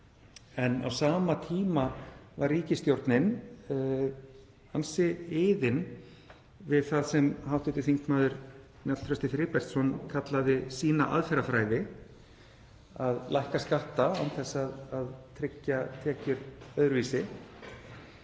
en á sama tíma var ríkisstjórnin ansi iðin við það sem hv. þm. Njáll Trausti Friðbertsson kallaði sína aðferðafræði, að lækka skatta án þess að tryggja tekjur öðruvísi.